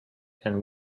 and